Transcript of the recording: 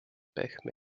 pehme